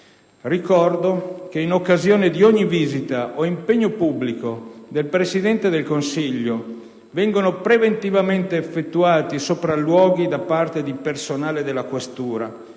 Ricordo che, in occasione di ogni visita o impegno pubblico del Presidente del Consiglio, vengono preventivamente effettuati sopralluoghi da parte di personale della questura